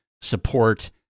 support